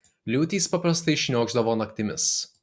liūtys paprastai šniokšdavo naktimis